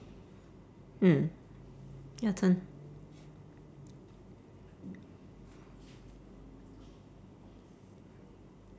mm your turn